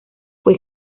fue